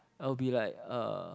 I'll be like uh